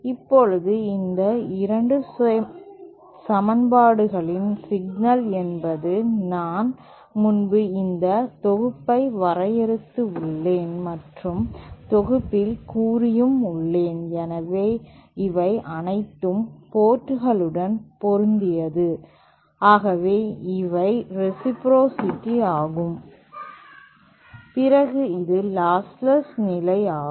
இப்போது இந்த 2 செட் சமன்பாடுகளின் சிக்கல் என்பது நான் முன்பு இந்த தொகுப்பை வரையறுத்து உள்ளேன் மற்றொரு தொகுப்பில் கூறியும் உள்ளேன எனவே இவை அனைத்தும் போர்டுகளுடன் பொருந்தியது ஆகவே இவை ரேசிப்ரோசிடி ஆகும் பிறகு இது லாஸ்லஸ் நிலை ஆகும்